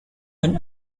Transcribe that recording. when